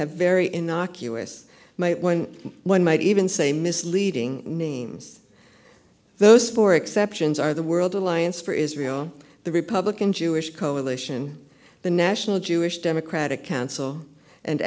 have very innocuous might one one might even say misleading names those four exceptions are the world alliance for israel the republican jewish coalition the national jewish democratic council and